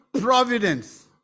providence